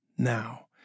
Now